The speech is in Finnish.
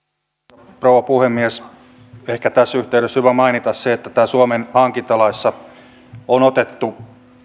arvoisa rouva puhemies ehkä tässä yhteydessä on hyvä mainita se että täällä suomen hankintalaissa on otettu